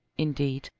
indeed,